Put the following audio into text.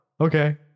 okay